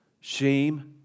shame